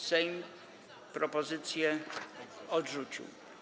Sejm propozycje odrzucił.